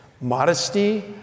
modesty